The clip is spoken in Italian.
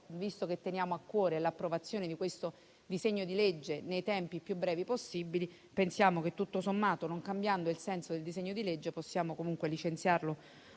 Visto che però abbiamo a cuore l'approvazione del disegno di legge in esame nei tempi più brevi possibili, pensiamo che, tutto sommato, non cambiando il senso del disegno di legge, possiamo comunque licenziarlo